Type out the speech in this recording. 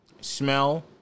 Smell